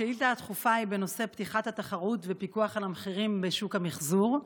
השאילתה הדחופה היא בנושא פתיחת התחרות ופיקוח על המחירים בשוק המחזור.